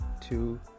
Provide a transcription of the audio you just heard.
two